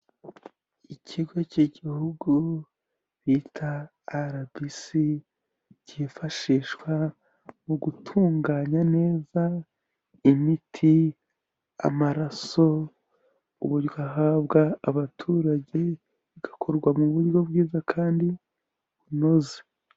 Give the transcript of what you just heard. Ikigo cy'igihugu bita rbc cyifashishwa mu gutunganya neza imiti, amaraso, uburyo ahabwa abaturage bigakorwa mu buryo bwiza kandi bunoze.